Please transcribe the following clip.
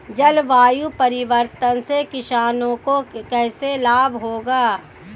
जलवायु परिवर्तन से किसानों को कैसे लाभ होगा?